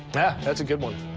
yeah, that's a good one.